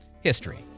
history